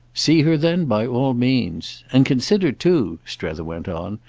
see her then by all means. and consider too, strether went on,